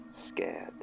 scared